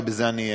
ובזה אני אסכם.